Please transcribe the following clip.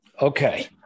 Okay